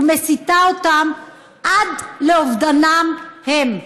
החיים שלהם ייראו ומסיתה אותם עד לאובדנם הם.